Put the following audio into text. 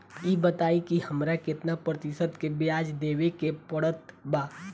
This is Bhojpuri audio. ई बताई की हमरा केतना प्रतिशत के ब्याज देवे के पड़त बा?